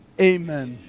Amen